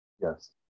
Yes